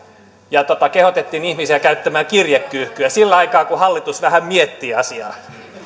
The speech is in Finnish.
ja kehotettiin ihmisiä käyttämään kirjekyyhkyä sillä aikaa kun hallitus vähän miettii asiaa